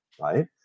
right